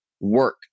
work